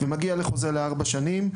שמגיע לחוזה של ארבע שנים,